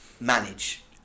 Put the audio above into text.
manage